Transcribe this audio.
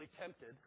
tempted